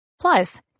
Plus